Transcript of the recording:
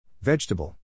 Vegetable